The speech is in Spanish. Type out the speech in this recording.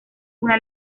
una